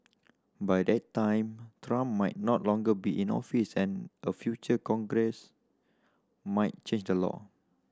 by that time Trump might no longer be in office and a future Congress might change the law